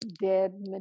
dead